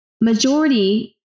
majority